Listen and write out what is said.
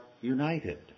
united